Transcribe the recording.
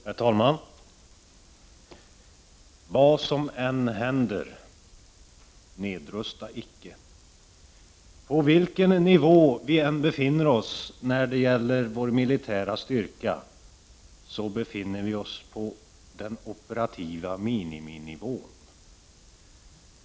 Herr talman! Vad som än händer, nedrusta icke! På vilken nivå vi än befinner oss när det gäller vår militära styrka befinner vi oss på den operativa miniminivån.